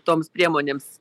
toms priemonėms